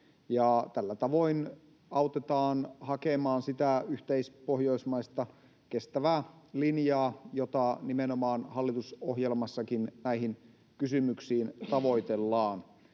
tällä tavoin autetaan hakemaan sitä yhteispohjoismaista kestävää linjaa, jota nimenomaan hallitusohjelmassakin näihin kysymyksiin tavoitellaan.